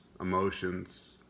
emotions